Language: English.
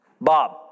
Bob